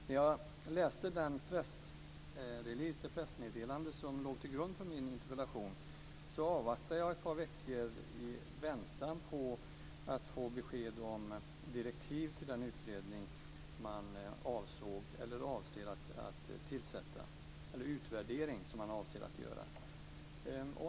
När jag hade läst det pressmeddelande som låg till grund för min interpellation avvaktade jag ett par veckor i väntan på att få besked om direktiv gällande den utvärdering man avser att göra.